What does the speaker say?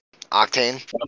Octane